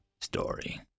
story